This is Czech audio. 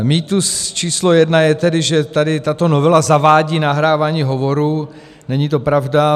Mýtus číslo jedna je tedy, že tady tato novela zavádí nahrávání hovorů, není to pravda.